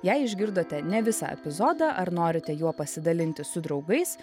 jei išgirdote ne visą epizodą ar norite juo pasidalinti su draugais